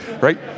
Right